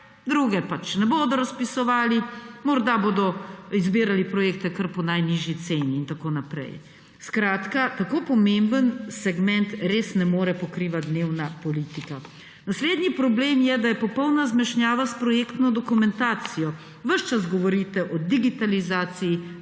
drugi jih pač ne bodo razpisovali, morda bodo izbirali projekte kar po najnižji ceni in tako naprej. Skratka, tako pomemben segment res ne more pokrivati dnevna politika. Naslednji problem je, da je popolna zmešnjava s projektno dokumentacijo. Ves čas govorite o digitalizaciji,